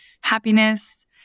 happiness